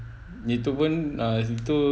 itu pun uh itu